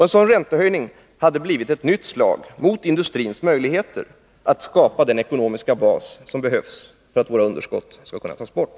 En sådan hade blivit ett nytt slag mot industrins möjligheter att skapa den ekonomiska bas som behövs för att våra underskott skall kunna tas bort.